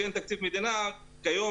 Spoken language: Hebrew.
כשאין תקציב מדינה כיום,